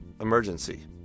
emergency